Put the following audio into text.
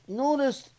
notice